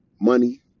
Money